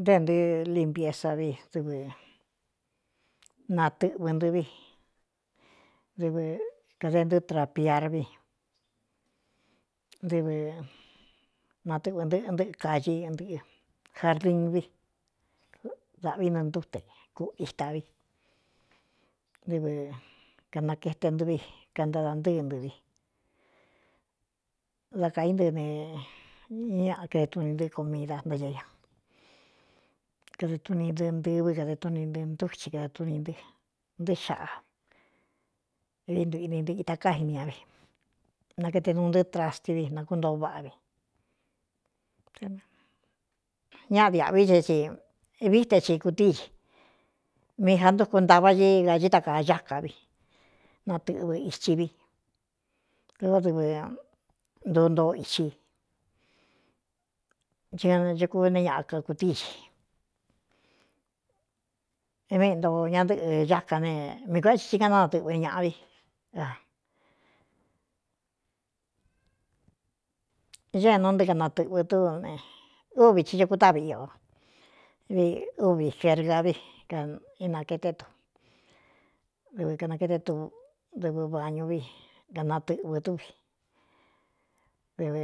Ntɨɨ ntɨɨ limpiesa vi dɨvɨ natɨꞌvɨ nɨ vi dɨvɨ kade ntɨ trapiarvi nɨvɨ natɨꞌvɨ ntɨꞌɨnɨꞌɨ kaxi nɨꞌɨ jardin vi dāꞌvi nɨɨ ntúte kuꞌi xta vi ntɨvɨ kanakaete ntɨ vi kantada ntɨ́ɨ ntɨ vi dá kaí nɨ eñaakede tuni ntɨɨ komida ntaña ña kadeɨ tuni ɨ nɨvɨ kade tuni nɨ ntú ci kade tuni ntɨ́ ntɨɨ́ xaꞌa vi ntuꞌni ntɨ ita kái mia vi nakete nuu ntɨɨ trasti vi nakúntoo váꞌa vi ñáꞌa diāꞌvi ce ti vií te chi kūtíixi mi jā ndúku ntavá dí da cɨí ta kaa cáka vi natɨꞌvɨ ithi vi dɨvá dɨvɨ ntu ntoo ichi chi kachakú ne ñaꞌa kakūtíixi é méꞌi nto ña ntɨ́ꞌɨ cá ka ne mi kuāꞌn ti ti káꞌnáatɨ̄ꞌvɨ ñāꞌa vi a ñé é nu nɨ kanatɨꞌvɨ tú ne úvi tɨ caku táꞌvi ō vi úvi gerga vi kainaketé du dɨvɨ kanakaete tu dɨvɨ vāñu vi kanatɨꞌvɨ dú vi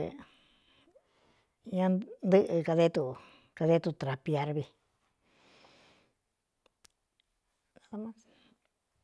ñantɨꞌɨ kadé tu kade tutrapiar vin.